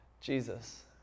Jesus